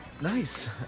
Nice